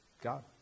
God